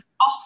off